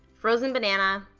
frozen banana,